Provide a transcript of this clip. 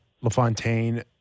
LaFontaine